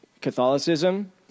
Catholicism